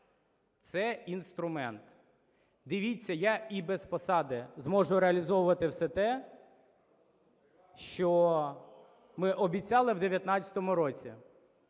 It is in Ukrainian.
Це інструмент. Дивіться, я і без посади зможу реалізовувати все те, що ми обіцяли в 2019 році.